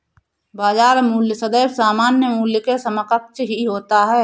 बाजार मूल्य सदैव सामान्य मूल्य के समकक्ष ही होता है